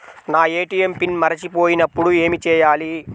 నా ATM PIN మరచిపోయినప్పుడు ఏమి చేయాలి?